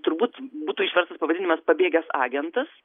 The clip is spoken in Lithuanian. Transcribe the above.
turbūt būtų išverstas pavadinimas pabėgęs agentas